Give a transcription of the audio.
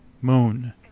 Moon